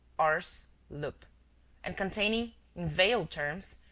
ars. lup and containing, in veiled terms,